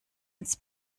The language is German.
ins